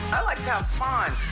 i like to have fun.